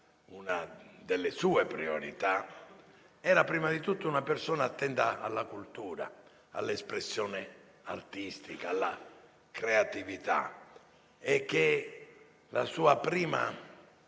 alcune delle sue priorità, era prima di tutto una persona attenta alla cultura, all'espressione artistica, alla creatività. La sua prima